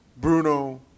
Bruno